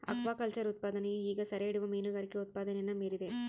aquaculture ಉತ್ಪಾದನೆಯು ಈಗ ಸೆರೆಹಿಡಿಯುವ ಮೀನುಗಾರಿಕೆ ಉತ್ಪಾದನೆನ ಮೀರಿದೆ